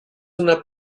una